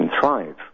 thrive